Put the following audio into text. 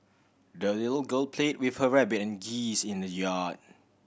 the little girl played with her rabbit and geese in the yard